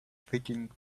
thinking